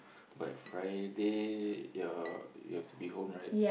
like Friday ya you have to be home right